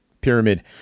pyramid